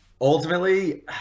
Ultimately